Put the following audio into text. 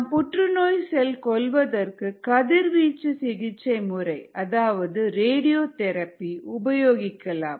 நாம் புற்றுநோய் செல் கொல்லுவதற்கு கதிர்வீச்சு சிகிச்சை முறை அதாவது ரேடியோதெரபி உபயோகிக்கலாம்